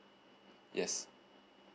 yes